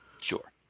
Sure